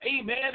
amen